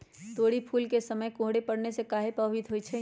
तोरी फुल के समय कोहर पड़ने से काहे पभवित होई छई?